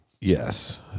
Yes